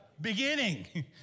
beginning